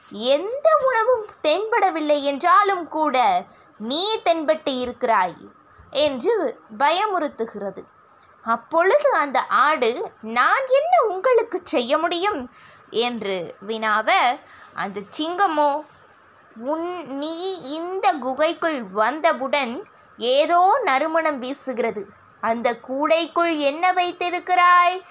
எந்த உணவும் தென்படவில்லை என்றாலும் கூட நீ தென்பட்டு இருக்கிறாய் என்று பயமுறுத்துகிறது அப்பொழுது அந்த ஆடு நான் என்ன உங்களுக்கு செய்ய முடியும் என்று வினாவ அந்த சிங்கமோ உன் நீ இந்த குகைக்குள் வந்தவுடன் ஏதோ நறுமணம் வீசுகிறது அந்த கூடைக்குள் என்ன வைத்திருக்கிறாய்